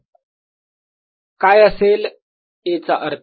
काय असेल A चा अर्थ